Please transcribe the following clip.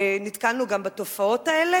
ונתקלנו גם בתופעות האלה.